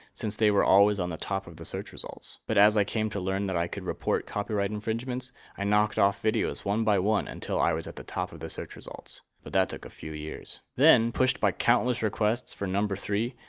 since they were always on the top of the search results. but as i came to learn that i could report copyright infringements, i knocked off videos one by one until i was at the top of the search results, but that took a few years. then, pushed by countless requests for number three,